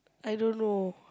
I don't know